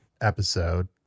episode